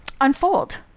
unfold